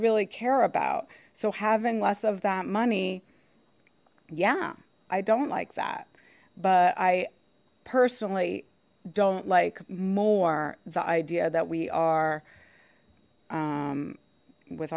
really care about so having less of that money yeah i don't like that but i personally don't like more the idea that we are with